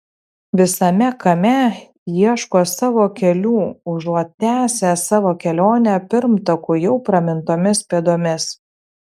visame kame ieško savo kelių užuot tęsę savo kelionę pirmtakų jau pramintomis pėdomis